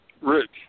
Rich